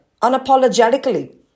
unapologetically